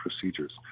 procedures